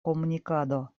komunikado